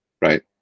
right